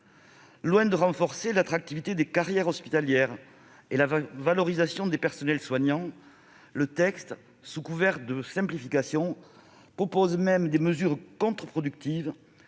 Loin de renforcer l'attractivité des carrières hospitalières et de valoriser les personnels soignants, le texte comporte même, sous couvert de simplification, des mesures contreproductives,